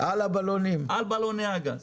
על בלוני הגז